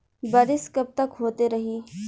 बरिस कबतक होते रही?